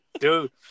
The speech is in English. Dude